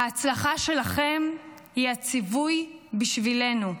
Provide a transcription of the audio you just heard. ההצלחה שלכם היא הציווי בשבילנו.